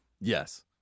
yes